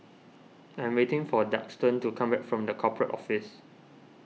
I am waiting for Daxton to come back from the Corporate Office